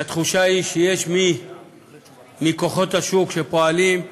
והתחושה היא שיש בכוחות השוק מי שפועלים,